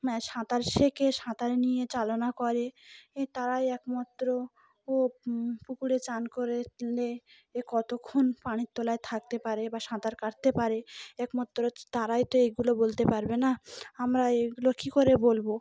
সাঁতার শিখে সাঁতারে নিয়ে চালনা করে এ তারাই একমাত্র ও পুকুরে চান করেলে এ কতক্ষণ পানির তলায় থাকতে পারে বা সাঁতার কাটতে পারে একমাত্র তারাই তো এগুলো বলতে পারবে না আমরা এগুলো কী করে বলবো